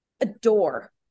adore